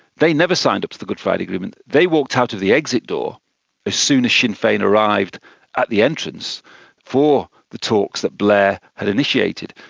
they never signed up to the good friday agreement. they walked out of the exit door as soon as sinn fein arrived at the entrance for the talks that blair had initiated.